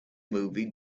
movie